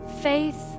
Faith